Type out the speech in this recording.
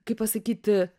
kaip pasakyti